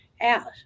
out